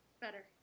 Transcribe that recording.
Better